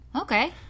okay